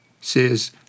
says